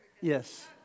Yes